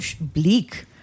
bleak